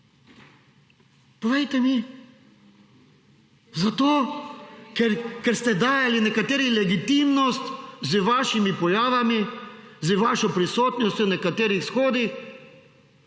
Povejte mi. Zato, ker ste dajali nekateri legitimnost z vašimi pojavami, z vašo prisotnostjo na nekaterih shodih,